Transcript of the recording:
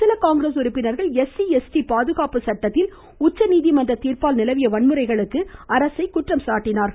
சில காங்கிரஸ் உறுப்பினர்கள் ளுஊஇ ளுவு பாதுகாப்பு சட்டத்தில் உச்சநீதிமன்ற தீர்ப்பால் நிலவிய வன்முறைகளுக்கு அரசை குற்றம் சாட்டினார்கள்